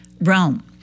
Rome